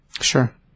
Sure